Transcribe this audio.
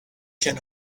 can